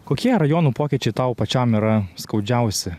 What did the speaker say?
kokie rajonų pokyčiai tau pačiam yra skaudžiausi